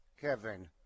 Kevin